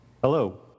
Hello